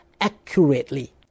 accurately